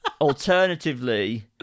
Alternatively